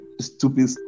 stupid